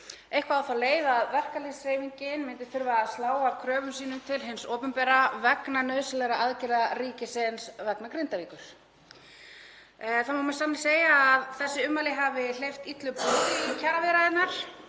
eitthvað á þá leið að verkalýðshreyfingin myndi þurfa að slá af kröfum sínum til hins opinbera vegna nauðsynlegra aðgerða ríkisins vegna Grindavíkur. Það má með sanni segja að þessi ummæli hafi hleypt illu blóði í kjaraviðræðurnar